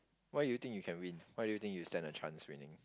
why do you think you can win why do you think you stand a chance winning